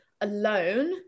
alone